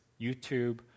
YouTube